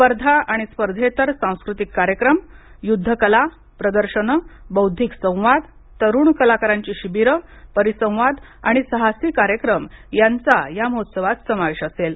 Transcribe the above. स्पर्धा आणि स्पर्धेतर सांस्कृतिक कार्यक्रम युद्ध कला प्रदर्शने बौद्धिक संवाद तरुण कलाकारांची शिबिरे परिसंवाद आणि साहसी कार्यक्रम यांचा महोत्सवात समावेश असेल